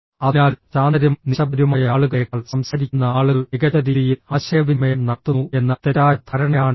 അതിനാൽ ശാന്തരും നിശബ്ദരുമായ ആളുകളേക്കാൾ സംസാരിക്കുന്ന ആളുകൾ മികച്ച രീതിയിൽ ആശയവിനിമയം നടത്തുന്നു എന്ന തെറ്റായ ധാരണയാണിത്